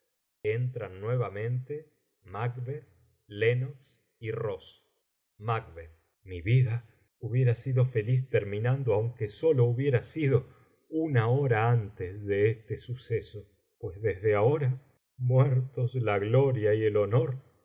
di por dios que todo es mentira entran nuevamente macbeth lennox y ross mi vida hubiera sido feliz terminando aunque sólo hubiera sido una hora antes de este suceso pues desde ahora muertos la gloria y el honor